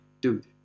dude